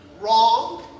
Wrong